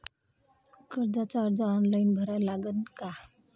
कर्जाचा अर्ज ऑनलाईन भरा लागन का?